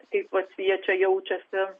kaip vat jie čia jaučiasi